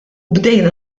bdejna